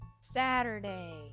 Saturday